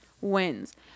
wins